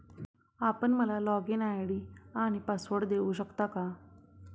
आपण मला login ID आणि पासवर्ड देऊ शकता का?